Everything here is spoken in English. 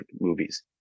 movies